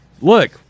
look